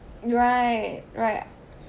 right right